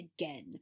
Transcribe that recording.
again